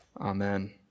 Amen